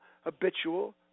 habitual